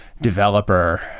developer